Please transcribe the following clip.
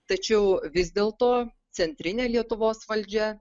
tačiau vis dėlto centrinė lietuvos valdžia